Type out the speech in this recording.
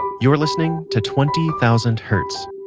you're listening to twenty thousand hertz,